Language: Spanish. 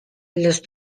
les